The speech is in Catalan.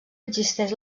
existeix